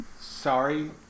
sorry